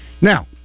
now